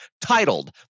titled